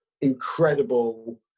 incredible